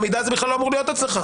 המידע הזה בכלל לא אמור להיות אצלך.